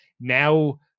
Now